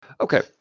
Okay